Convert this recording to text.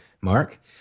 mark